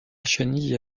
chenille